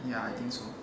ya I think so